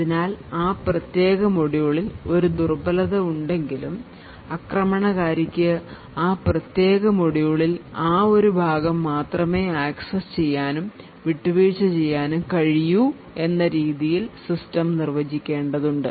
അതിനാൽ ആ പ്രത്യേക മൊഡ്യൂളിൽ ഒരു ദുർബലത ഉണ്ടെങ്കിലും ആക്രമണകാരിക്ക് ആ പ്രത്യേക മൊഡ്യൂളിൽ ആ ഒരു ഭാഗം മാത്രമേ ആക്സസ് ചെയ്യാനും വിട്ടുവീഴ്ച ചെയ്യാനും കഴിയൂ എന്ന രീതിയിൽ സിസ്റ്റം നിർവ്വചിക്കേണ്ടതുണ്ട്